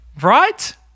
Right